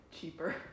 cheaper